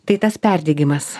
tai tas perdegimas